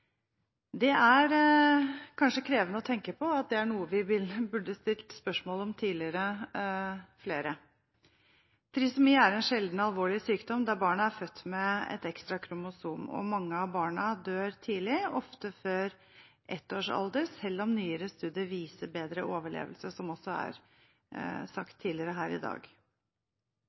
Det er kanskje krevende å tenke på at det er noe flere burde stilt spørsmål om tidligere. Trisomi er en sjelden, alvorlig sykdom der barna er født med et ekstra kromosom. Mange av barna dør tidlig, ofte før ettårsalder, selv om nyere studier viser bedre overlevelse – noe som også er sagt tidligere her i dag.